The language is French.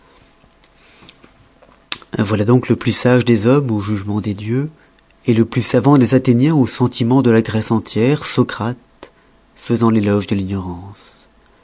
voilà donc le plus sage des hommes au jugement des dieux le plus savant des athéniens au sentiment de la grèce entière socrate faisant l'éloge de l'ignorance